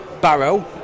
Barrow